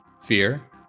Fear